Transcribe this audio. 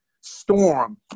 storm